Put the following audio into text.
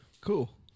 Cool